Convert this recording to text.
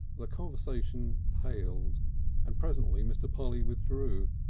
the conversation paled and presently mr. polly withdrew.